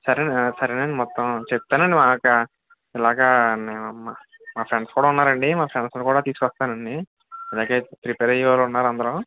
సరే సరే అండి మొత్తం చెప్తాను అండి మాట ఇలాగా నా మా ఫ్రెండ్స్ కూడా ఉన్నారండి మా ఫ్రెండ్స్ని కూడా తీసుకొస్తాను అండి అలాగే ప్రిపేర్ అయ్యేవాళ్ళు ఉన్నారు అందరు